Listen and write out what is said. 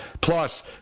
plus